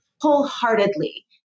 wholeheartedly